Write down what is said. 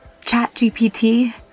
ChatGPT